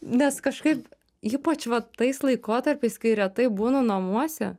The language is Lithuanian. nes kažkaip ypač va tais laikotarpiais kai retai būnu namuose